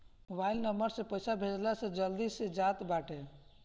mobile number से पईसा भेजला से जल्दी से चल जात बाटे